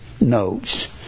notes